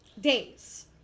days